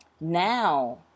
now